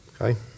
Okay